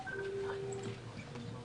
רבים.